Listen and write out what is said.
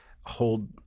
hold